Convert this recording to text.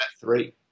three